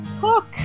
Cook